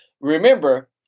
Remember